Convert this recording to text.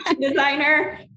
designer